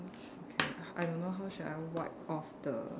okay I don't know how should I wipe off the